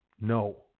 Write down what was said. no